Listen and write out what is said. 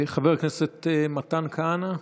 חבר הכנסת מתן כהנא,